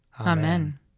Amen